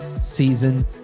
season